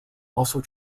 also